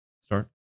start